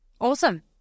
Awesome